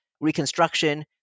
reconstruction